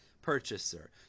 Purchaser